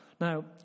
Now